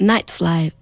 Nightfly